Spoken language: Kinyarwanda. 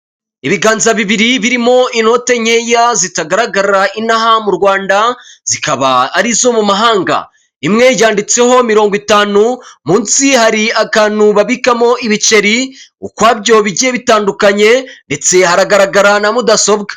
Ibiganza bibiri birimo inote nkeya zitagaragara inahamu Rwanda zikaba arizo mu mahanga, imwe ryanditseho mirongo itanu, munsi hari akantu babikamo ibiceri ukwabyo bigiye bitandukanye, ndetse hagaragara na mudasobwa.